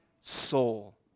soul